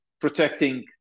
protecting